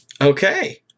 Okay